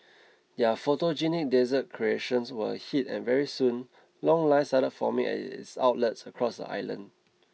their photogenic dessert creations were a hit and very soon long lines started forming at its outlets across the island